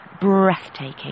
breathtaking